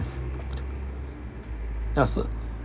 ya so